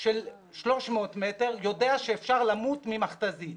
של 300 מטר, יודע שאפשר למות ממכת"זית.